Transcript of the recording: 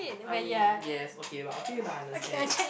I mean yes okay but okay but I understand